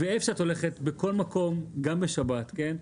ואיפה שאת הולכת, בכל מקום, גם בשבת, כן?